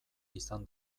izan